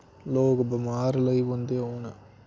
लोक बमार लगी पौंदे होन